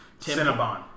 Cinnabon